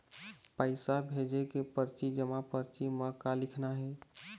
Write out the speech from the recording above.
पैसा भेजे के परची जमा परची म का लिखना हे?